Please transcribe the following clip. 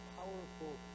powerful